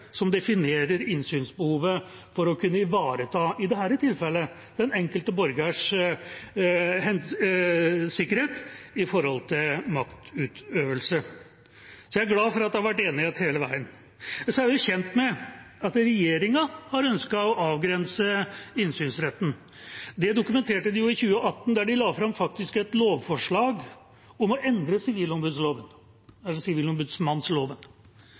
som definerer innsynsbehovet for å kunne ivareta – i dette tilfellet – den enkelte borgers sikkerhet i forbindelse med maktutøvelse. Jeg er glad for at det har vært enighet hele veien. Vi er kjent med at regjeringa har ønsket å avgrense innsynsretten. Det dokumenterte de i 2018, da de faktisk la fram et lovforslag om å endre